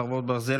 חרבות ברזל),